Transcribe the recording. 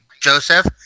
Joseph